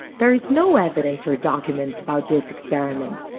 there's no evidence or documents about this experiment.